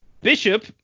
Bishop